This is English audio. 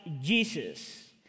Jesus